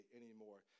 anymore